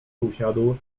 usiadł